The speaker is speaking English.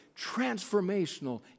transformational